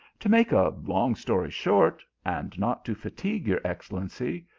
to make a long story short, and not to fatiguo your excellency,